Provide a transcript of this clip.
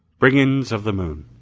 brigands of the moon,